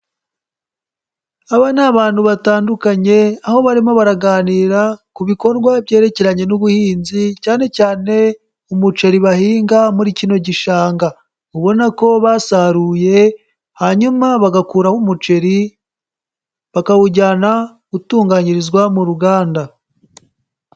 Aba ni abantu batandukanye aho barimo baraganira ku bikorwa byerekeranye n'ubuhinzi, cyane cyane umuceri bahinga, muri kino gishanga. Ubona ko basaruye, hanyuma bagakuraho umuceri, bakawujyana gutunganyirizwa mu ruganda.